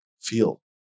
feel